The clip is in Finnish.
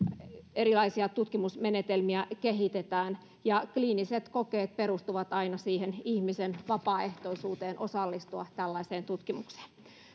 erilaisia tutkimusmenetelmiä kehitetään ja kliiniset kokeet perustuvat aina ihmisen vapaaehtoisuuteen osallistua tällaiseen tutkimukseen